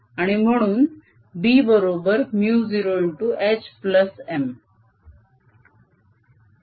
आणि म्हणून B बरोबर μ0HM बरोबर μ0M आहे